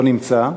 לא נמצא.